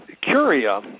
curia